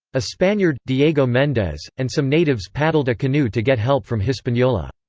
a spaniard, diego mendez, and some natives paddled a canoe to get help from hispaniola.